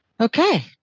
Okay